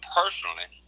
personally